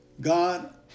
God